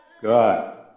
Good